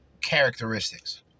characteristics